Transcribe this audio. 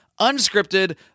unscripted